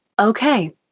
okay